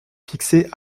fixée